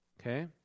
okay